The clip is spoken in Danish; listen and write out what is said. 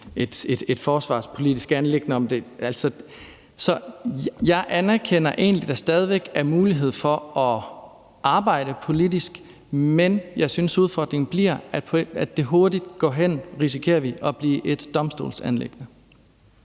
et forsvarspolitisk anliggende. Så jeg anerkender egentlig, at der stadig væk er en mulighed for at arbejde politisk, men jeg synes, at udfordringen bliver, at det hurtigt kan gå hen og risikere at blive et domstolsanliggende.